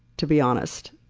to be honest.